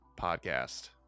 podcast